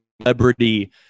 celebrity